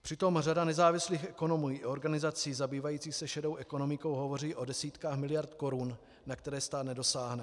Přitom řada nezávislých ekonomů i organizací zabývajících se šedou ekonomikou hovoří o desítkách miliard korun, na které stát nedosáhne.